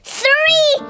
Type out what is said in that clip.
three